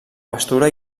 pastura